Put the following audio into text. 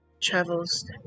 travels